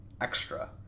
extra